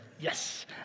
Yes